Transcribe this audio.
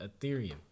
Ethereum